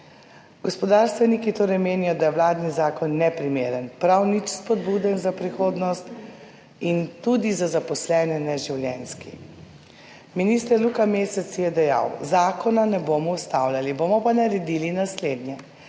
gospodarstveniki torej menijo, da je vladni zakon neprimeren, prav nič spodbuden za prihodnost in tudi za zaposlene neživljenjski minister Luka Mesec je dejal: Zakona ne bomo ustavljali, bomo pa naredili naslednje,